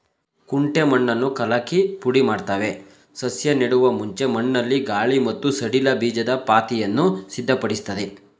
ಕುಂಟೆ ಮಣ್ಣನ್ನು ಕಲಕಿ ಪುಡಿಮಾಡ್ತವೆ ಸಸ್ಯ ನೆಡುವ ಮುಂಚೆ ಮಣ್ಣಲ್ಲಿ ಗಾಳಿ ಮತ್ತು ಸಡಿಲ ಬೀಜದ ಪಾತಿಯನ್ನು ಸಿದ್ಧಪಡಿಸ್ತದೆ